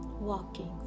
walking